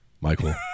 Michael